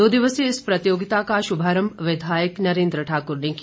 दो दिवसीय इस प्रतियोगिता का शुभारंभ विधायक नरेन्द्र ठाकुर ने किया